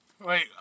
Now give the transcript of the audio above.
Wait